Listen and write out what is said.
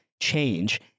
Change